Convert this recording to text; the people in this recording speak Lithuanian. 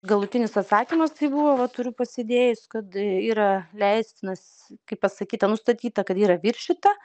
galutinis atsakymas tai buvo va turiu pasidėjus kad yra leistinas kaip pasakyta nustatyta kad yra viršyta